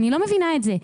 אני לא מבינה את זה.